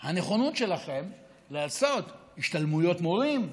יש לכם נכונות לעשות השתלמויות מורים,